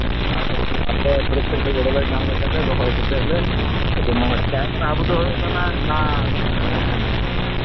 ᱟᱯᱮ ᱛᱚᱨᱚᱯ ᱠᱷᱚᱱ ᱜᱚᱲᱚ ᱞᱮ ᱧᱟᱢ ᱞᱮᱠᱟᱱ ᱨᱚᱦᱚᱭ ᱠᱟᱛᱮᱫ ᱞᱮ ᱟᱹᱰᱤ ᱢᱚᱸᱡᱽ ᱟᱴᱠᱟᱨᱚᱜ ᱟᱵᱚ ᱫᱚ ᱦᱩᱭᱩᱜ ᱠᱟᱱᱟ ᱦᱟᱱᱟ